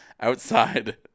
outside